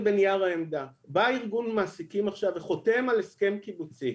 בנייר העמדה: בא ארגון מעסיקים עכשיו וחותם על הסכם קיבוצי,